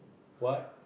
what